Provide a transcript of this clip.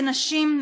הנשים,